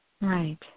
Right